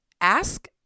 ask